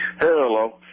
Hello